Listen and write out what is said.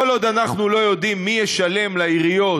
כל עוד אנחנו לא יודעים מי ישלם לעיריות,